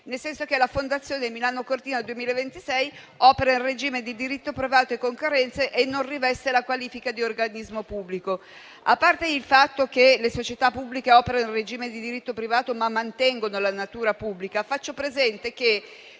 stabilendo che la Fondazione Milano Cortina 2026 opera in regime di diritto privato, opera sul mercato in condizioni di concorrenza e non riveste la qualifica di organismo pubblico. A parte il fatto che le società pubbliche operano in regime di diritto privato ma mantengono la natura pubblica, faccio presente che